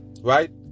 right